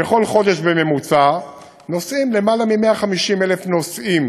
בכל חודש בממוצע נוסעים למעלה מ-150,000 נוסעים,